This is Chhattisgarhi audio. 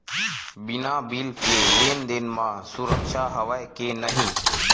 बिना बिल के लेन देन म सुरक्षा हवय के नहीं?